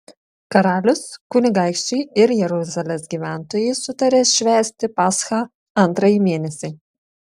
karalius kunigaikščiai ir jeruzalės gyventojai sutarė švęsti paschą antrąjį mėnesį